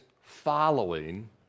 following